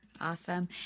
Awesome